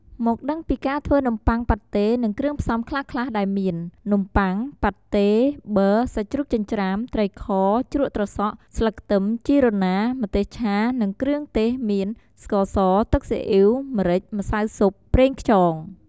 មកដឹងពីការធ្វើនំប័ុងប៉ាតេនិងគ្រឿងផ្សំខ្លះៗដែលមាន នំបុ័ង ប៉ាតេ ប័រ សាច់ជ្រូកចិញ្រ្ចាំ ត្រីខ ជ្រក់ត្រសក់ ស្លឹកខ្ទឹម ជីរណា ម្ទេសឆា និងគ្រឿងទេសមាន ស្ករស ទឹកសុីអ៉ីវ ម្រេច ម្សៅស៊ុប ប្រេងខ្យង។